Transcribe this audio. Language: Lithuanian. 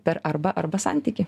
per arba arba santykį